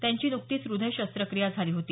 त्यांची नुकतीच हृदय शस्त्रक्रिया झाली होती